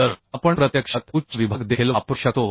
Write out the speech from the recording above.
तर आपण प्रत्यक्षात उच्च विभाग देखील वापरू शकतो